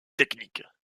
techniques